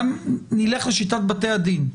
גם אם נלך לשיטת בתי הדין,